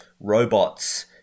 robots